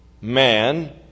man